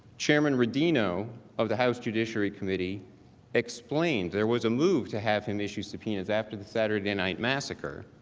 chairman rodino of the house judiciary committee explains there was a move to have him issue subpoenas after the saturday night massacre.